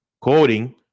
coding